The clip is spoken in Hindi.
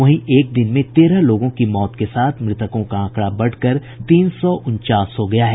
वहीं एक दिन में तेरह लोगों की मौत के साथ मृतकों का आंकड़ा बढ़कर तीन सौ उनचास हो गया है